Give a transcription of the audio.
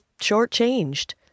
shortchanged